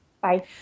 Bye